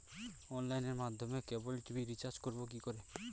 অনলাইনের মাধ্যমে cable TV recharge করব কি করে?